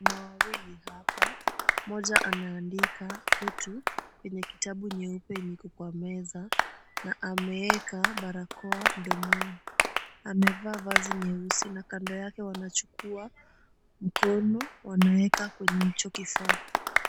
Mama wawili hapa. Mmoja anaandika kitu kwenye kitabu nyeupe yenye iko kwa meza na ameeka barakoa mdomoni. Amevaa vazi nyeusi na kando yake wanachukua mkono wanaweka kwenye hicho kifaa.